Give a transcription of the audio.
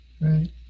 Right